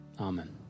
Amen